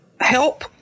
help